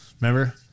Remember